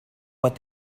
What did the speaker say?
what